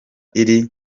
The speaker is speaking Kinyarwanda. iri